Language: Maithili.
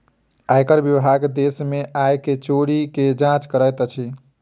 आयकर विभाग देश में आय के चोरी के जांच करैत अछि